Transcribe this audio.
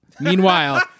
Meanwhile